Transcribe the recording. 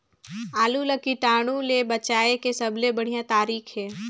आलू ला कीटाणु ले बचाय के सबले बढ़िया तारीक हे?